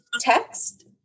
text